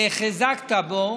והחזקת בו